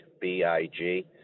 B-I-G